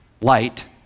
light